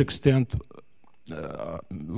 extent